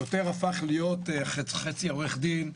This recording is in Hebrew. שוטר הפך להיות חצי עורך דין,